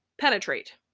penetrate